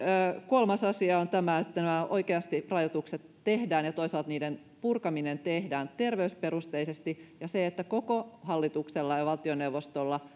kolmas asia on tämä että nämä rajoitukset oikeasti tehdään ja toisaalta niiden purkaminen tehdään terveysperusteisesti ja että koko hallituksella ja ja valtioneuvostolla